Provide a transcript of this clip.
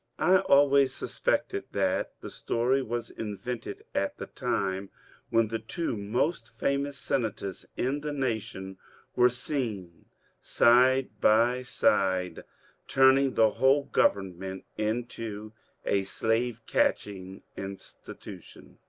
i always suspected that the story was invented at the time when the two most famous senators in the nation were seen side by side turning the whole government into a slave-catching institution.